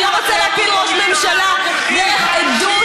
אני לא רוצה להפיל ראש ממשלה דרך עדות